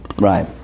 Right